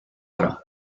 ära